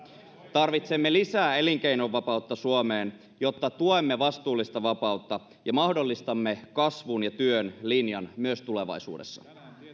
tarvitsemme lisää elinkeinovapautta suomeen jotta tuemme vastuullista vapautta ja mahdollistamme kasvun ja työn linjan myös tulevaisuudessa